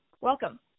Welcome